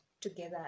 together